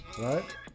right